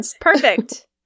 Perfect